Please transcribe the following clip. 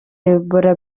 ebola